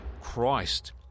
Christ